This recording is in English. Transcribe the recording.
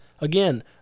again